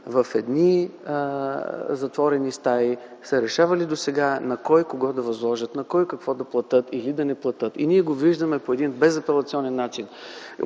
в затворени стаи са решавали досега на кой какво да възложат, на кой какво да платят или да не платят. Ние го виждаме по един безапелационен начин